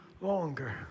longer